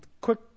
quick